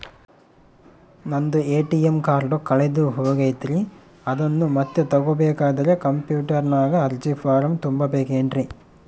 ನಂದು ATM card ಕಳೆದು ಹೋಗೈತ್ರಿ ಅದನ್ನು ಮತ್ತೆ ತಗೋಬೇಕಾದರೆ ಕಂಪ್ಯೂಟರ್ ನಾಗ ಅರ್ಜಿ ಫಾರಂ ತುಂಬಬೇಕನ್ರಿ?